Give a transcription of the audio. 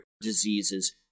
diseases